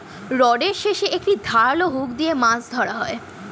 রডের শেষে একটি ধারালো হুক দিয়ে মাছ ধরা হয়